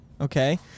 Okay